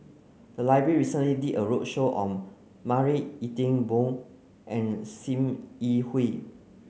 the library recently did a roadshow on Marie Ethel Bong and Sim Yi Hui